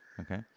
okay